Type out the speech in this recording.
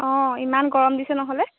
অঁ ইমান গৰম দিছে নহ'লে